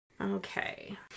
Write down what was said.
Okay